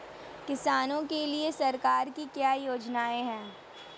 किसानों के लिए सरकार की क्या योजनाएं हैं?